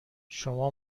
شما